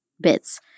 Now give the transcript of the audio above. bits